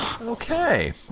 Okay